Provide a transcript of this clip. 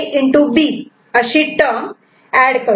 B अशी term add करू